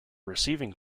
receiving